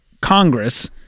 Congress